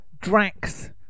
Drax